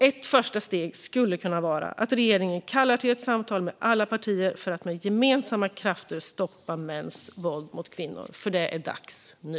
Ett första steg skulle kunna vara att regeringen kallar till ett samtal med alla partier för att med gemensamma krafter stoppa mäns våld mot kvinnor. Det är dags nu.